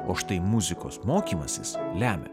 o štai muzikos mokymasis lemia